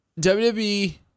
WWE